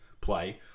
play